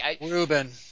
Ruben